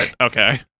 Okay